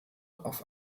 auf